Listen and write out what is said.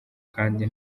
kandi